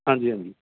ਹਾਂਜੀ ਹਾਂਜੀ